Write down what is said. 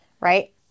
right